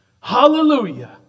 Hallelujah